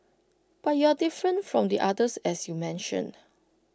but you're different from the others as you mentioned